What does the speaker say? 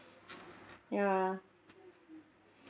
ya